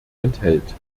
enthält